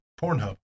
Pornhub